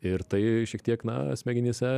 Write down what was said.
ir tai šiek tiek na smegenyse